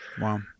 wow